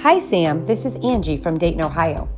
hi, sam. this is angie from dayton, ohio.